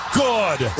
good